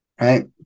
right